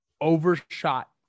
overshot